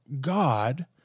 God